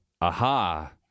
Aha